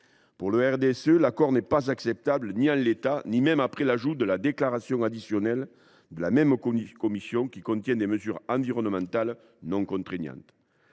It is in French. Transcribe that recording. Pour le RDSE, l’accord n’est acceptable ni en l’état ni même après l’ajout de la déclaration additionnelle de la Commission européenne, qui contient des mesures environnementales non contraignantes.